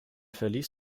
verließ